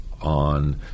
on